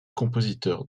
compositeurs